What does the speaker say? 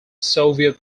soviet